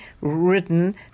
written